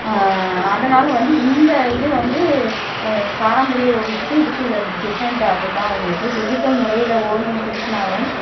அதனால் வந்து இந்த இது வந்து பாரம்பரிய ஓவியத்துக்கும் இதுக்கும் உள்ள டிஃப்ரெண்ட் அதுதான் உங்களுக்கு டிஜிட்டல் முறையில் ஓவியம் தீட்டினாலும்